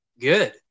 good